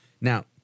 Now